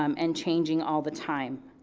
um and changing all the time.